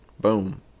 boom